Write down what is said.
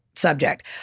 Subject